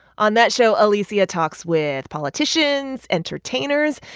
on that show, alicia talks with politicians, entertainers,